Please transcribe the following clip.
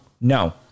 no